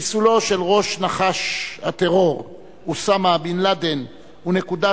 חיסולו של ראש נחש הטרור אוסמה בן-לאדן הוא נקודת